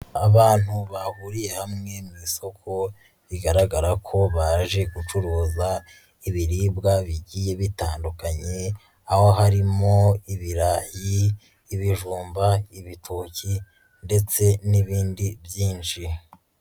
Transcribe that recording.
Abantu bahuriye hamwe mu isoko, bigaragara ko baje gucuruza ibiribwa bigiye bitandukanye, aho harimo ibirayi, ibijumba, ibitoki, ndetse n'ibindi byinshi.